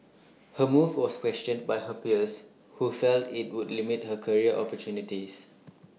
her move was questioned by her peers who felt IT would limit her career opportunities